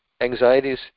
anxieties